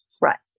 right